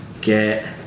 Get